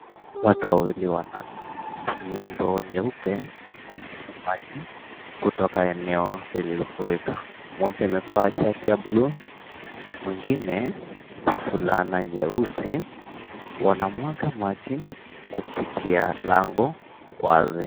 Watu wawili wanatumia ndoo nyeupe kutoka eneo lililofurika, mmoja amevaa shati ya bluu, mwingine fulana nyeusi, wanamwaga maji kupitia lango wazi.